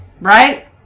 Right